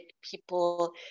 people